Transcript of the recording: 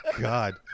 God